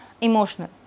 emotional